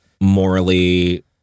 morally